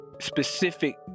specific